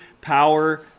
power